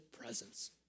presence